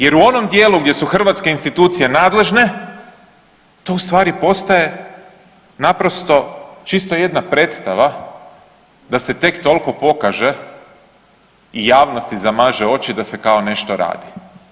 Jer u onom dijelu gdje su hrvatske institucije nadležne to ustvari postaje naprosto čisto jedna predstava da se tek toliko pokaže i javnosti zamaže oči da se kao nešto radi.